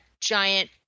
giant